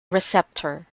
receptor